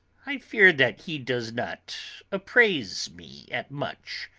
i fear that he does not appraise me at much.